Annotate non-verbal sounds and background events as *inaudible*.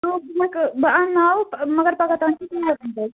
*unintelligible* بہٕ انناو مگر پگاہ تانۍ *unintelligible*